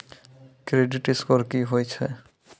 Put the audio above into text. Credit score की होय छै?